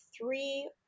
three